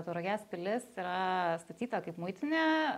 tauragės pilis yra statyta kaip muitinė